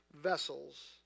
vessels